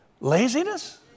laziness